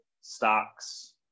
stocks